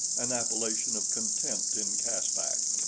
an appellation of contempt in caspak.